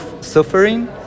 suffering